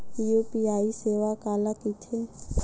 UPI सेवा काला कइथे?